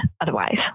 otherwise